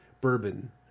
bourbon